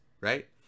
right